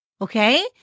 Okay